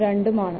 20 ഉം ആണ്